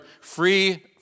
free